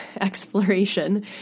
exploration